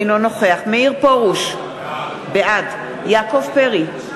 אינו נוכח מאיר פרוש, בעד יעקב פרי,